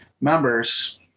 members